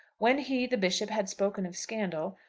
when he, the bishop, had spoken of scandal,